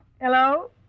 Hello